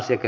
asia